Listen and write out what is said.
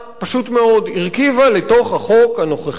היא פשוט מאוד הרכיבה לתוך החוק הנוכחי